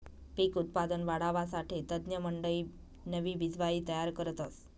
पिक उत्पादन वाढावासाठे तज्ञमंडयी नवी बिजवाई तयार करतस